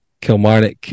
Kilmarnock